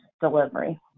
delivery